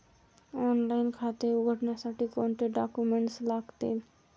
Online खाते उघडण्यासाठी कोणते डॉक्युमेंट्स लागतील?